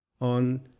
on